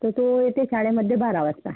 तर तो येते शाळेमध्ये बारा वाजता